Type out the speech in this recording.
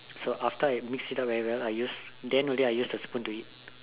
so after I mix it up very well then ready I use the spoon to eat